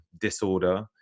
disorder